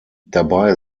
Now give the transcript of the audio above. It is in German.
dabei